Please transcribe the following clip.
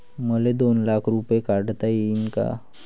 मले दोन लाख रूपे काढता येईन काय?